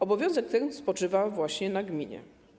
Obowiązek ten spoczywa właśnie na gminie.